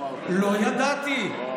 לא אמרתי את זה.